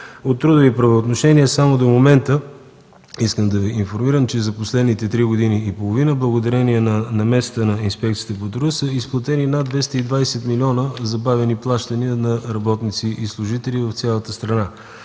от трудови правоотношения. Искам да Ви информирам, че за последните три години и половина до момента благодарение на намесата на Инспекцията по труда са изплатени над 220 милиона забавени плащания на работници и служители в цялата страна.